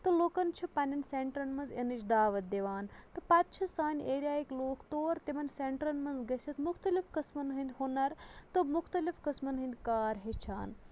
تہٕ لُکن چھِ پنٛنٮ۪ن سینٹرَن منٛز یِنٕچ دعوت دِوان تہٕ پَتہٕ چھِ سانہِ ایریاہٕکۍ لوٗکھ تور تِمن س۪نٹرن منٛز گٔژھِتھ مُختٔلِف قٕسمَن ہٕنٛدۍ ہُنر تہٕ مُختٔلِف قٕسمَن ہٕنٛدۍ کار ہیٚچھان